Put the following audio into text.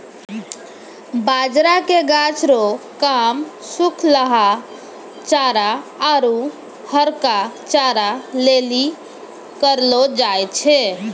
बाजरा के गाछ रो काम सुखलहा चारा आरु हरका चारा लेली करलौ जाय छै